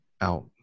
out